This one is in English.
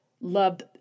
loved